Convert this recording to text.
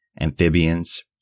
amphibians